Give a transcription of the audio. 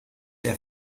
der